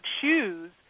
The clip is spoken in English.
choose